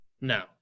No